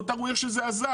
בואו תראו איך זה עזר,